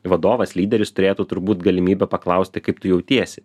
vadovas lyderis turėtų turbūt galimybę paklausti kaip tu jautiesi